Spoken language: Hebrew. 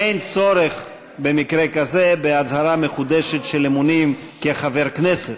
אין צורך במקרה כזה בהצהרת אמונים מחודשת כחבר כנסת.